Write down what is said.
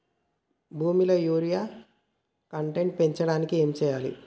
భూమిలో urea content పెంచడానికి ఏం చేయాలి?